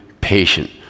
patient